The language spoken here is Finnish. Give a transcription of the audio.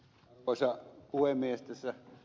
tässä ed